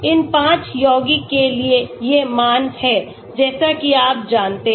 इन 5 यौगिकों के लिए ये मान हैं जैसे कि आप जानते हैं